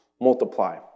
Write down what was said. multiply